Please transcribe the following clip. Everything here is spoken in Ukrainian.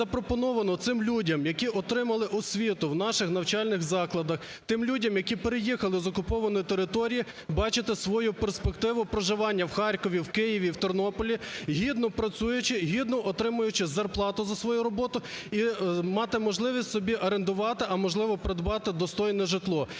запропоновано цим людям, які отримали освіту в наших навчальних закладах, тим людям, які переїхали з окупованої території, бачити свою перспективу проживання в Харкові, в Києві, в Тернополі, гідно працюючи, гідно отримуючи зарплату за свою роботу і мати можливість орендувати, а, можливо, придбати достойне житло.